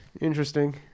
interesting